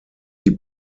die